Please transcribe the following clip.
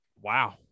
Wow